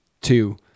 two